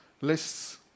lists